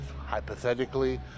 hypothetically